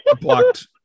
blocked